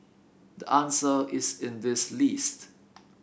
the answer is in this list